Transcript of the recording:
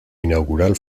inaugural